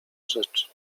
rzecz